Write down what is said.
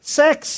sex